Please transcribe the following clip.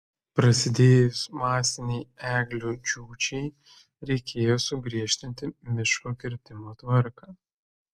prasidėjus masinei eglių džiūčiai reikėjo sugriežtinti miško kirtimo tvarką